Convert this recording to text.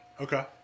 Okay